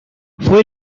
fue